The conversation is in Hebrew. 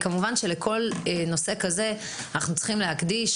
כמובן שלכל נושא כזה אנחנו צריכים להקדיש